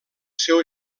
seu